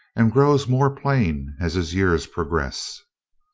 and grows more plain as his years progress.